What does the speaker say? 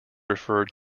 referred